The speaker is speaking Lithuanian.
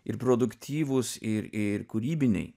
ir produktyvūs ir ir kūrybiniai